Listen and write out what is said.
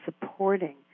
supporting